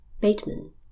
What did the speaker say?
Bateman